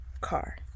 car